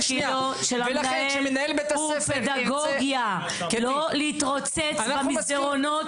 תפקידו של המנהל הוא פדגוגיה; לא להתרוצץ במסדרונות